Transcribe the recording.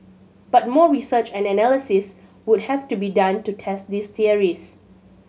but more research and analysis would have to be done to test these theories